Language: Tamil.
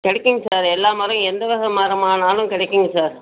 கிடைக்குங் சார் எல்லா மரம் எந்த வகை மரமானாலும் கிடைக்குங்க சார்